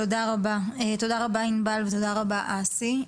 תודה רבה ענבל ותודה רבה אסי.